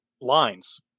lines